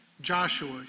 Joshua